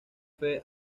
fue